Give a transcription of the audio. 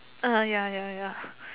uh ya ya ya